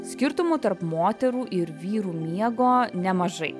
skirtumų tarp moterų ir vyrų miego nemažai